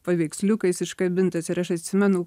paveiksliukais iškabintas ir aš atsimenu